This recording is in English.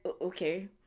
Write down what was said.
okay